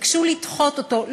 ביקשו לדחות אותו,